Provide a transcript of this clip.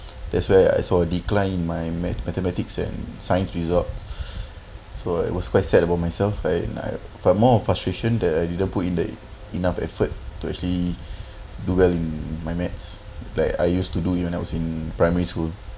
that's where I saw a decline in my math mathematics and science result so it was quite sad about myself like but more of frustration that I didn't put in enough effort to actually do well in my maths that I used to do it when I was in primary school